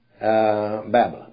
Babylon